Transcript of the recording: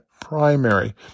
primary